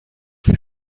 fut